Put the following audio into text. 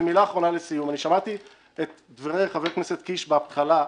מילה אחרונה לסיום שמעתי את דברי חבר הכנסת קיש בהתחלה.